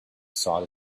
sought